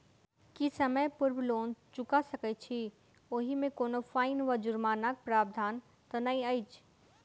की समय पूर्व लोन चुका सकैत छी ओहिमे कोनो फाईन वा जुर्मानाक प्रावधान तऽ नहि अछि?